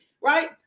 right